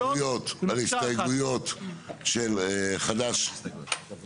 יש אצלי דבר שהוא מקודש מילה,